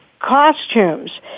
costumes